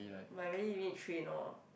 but really you need to train lor